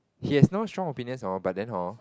he's has no strong opinions hor but then hor